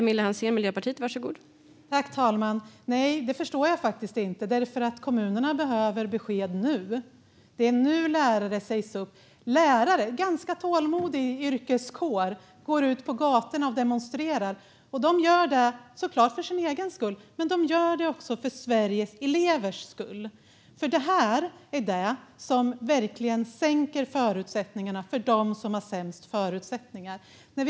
Fru talman! Nej, det förstår jag faktiskt inte. Kommunerna behöver besked nu. Det är nu lärare sägs upp. Lärare, en ganska tålmodig yrkeskår, går ut på gatorna och demonstrerar. Det gör de såklart för sin egen skull, men också för Sveriges elevers skull. Detta är något som verkligen försämrar förutsättningarna för dem som redan har de sämsta förutsättningarna.